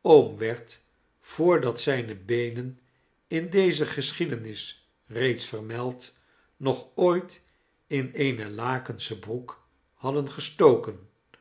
oom werd voordat zijne beenen in deze geschiedenis reeds vermeld nog ooit in eene lakensche broek hadden gestoken